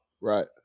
Right